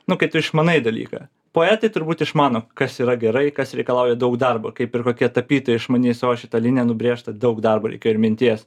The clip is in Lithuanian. nu kai tu išmanai dalyką poetai turbūt išmano kas yra gerai kas reikalauja daug darbo kaip ir kokia tapytoja išmanys o šita linija nubrėžta daug darbo reikėjo ir minties